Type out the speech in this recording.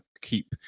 keep